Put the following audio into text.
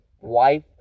wife